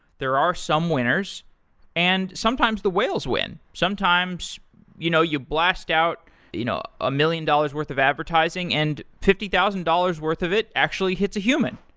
there are some winners and sometimes the whales win. sometimes you know you blast out you know a million dollars worth of advertising and fifty dollars worth of it actually hits a human.